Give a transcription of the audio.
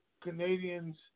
Canadians